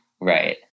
Right